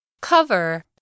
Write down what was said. Cover